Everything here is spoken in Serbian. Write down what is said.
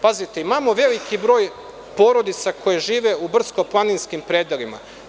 Pazite, imamo veliki broj porodica koje žive u brdsko-planinskim predelima.